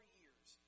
years